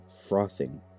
frothing